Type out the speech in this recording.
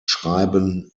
schreiben